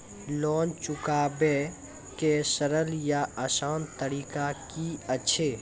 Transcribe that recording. Loan चुकाबै के सरल या आसान तरीका की अछि?